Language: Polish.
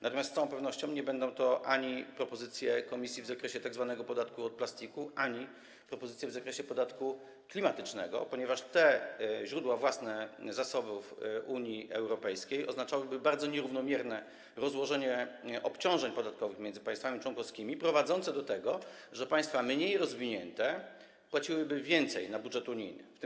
Natomiast z całą pewnością nie będą to propozycje Komisji w zakresie tzw. podatku od plastiku ani propozycje w zakresie podatku klimatycznego, ponieważ jeśli chodzi o te źródła i własne zasoby Unii Europejskiej, oznaczałyby to bardzo nierównomierne rozłożenie obciążeń podatkowych między państwami członkowskimi, prowadzące do tego, że państwa mniej rozwinięte płaciłyby więcej do unijnego budżetu.